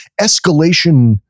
escalation